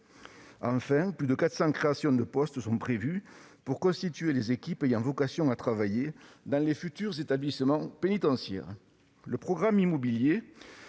Enfin, plus de 400 créations de postes sont prévues pour constituer les équipes ayant vocation à travailler dans les futurs établissements pénitentiaires.